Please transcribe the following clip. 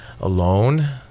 alone